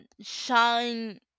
shine